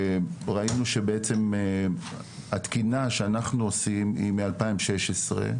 ראינו שבעצם התקינה שאנחנו עושים היא מ-2016,